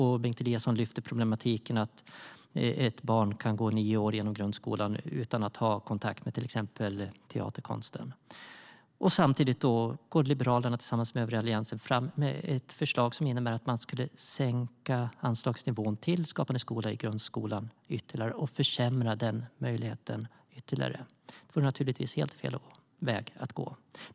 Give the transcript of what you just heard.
Bengt Eliasson lyfter upp problemet med att ett barn kan gå nio år genom grundskolan utan att ha kontakt med till exempel teaterkonsten. Samtidigt går Liberalerna tillsammans med övriga Alliansen fram med ett förslag som innebär att man sänker anslagsnivån till Skapande skola i grundskolan och försämrar den möjligheten ytterligare. Det är naturligtvis helt fel väg att gå.